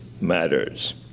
matters